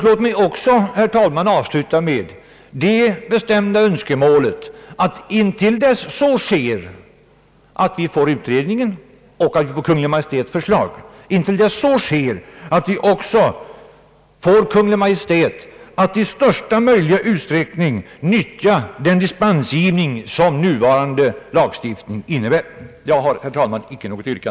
Låt mig, herr talman, avsluta med att uttala det bestämda önskemålet att intill dess utredningens och Kungl. Maj:ts förslag föreligger, Kungl. Maj:t i största möjliga utsträckning nyttjar den dispensgivning som nuvarande lagstiftning medger. Jag har, herr talman, icke något yrkande.